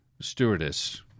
stewardess